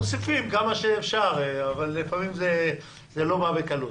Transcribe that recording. מוסיפים כמה שאפשר, אבל לפעמים זה לא בא בקלות.